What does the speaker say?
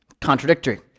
contradictory